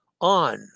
on